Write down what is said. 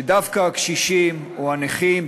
שדווקא הקשישים או הנכים,